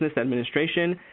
administration